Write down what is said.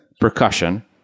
percussion